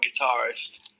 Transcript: guitarist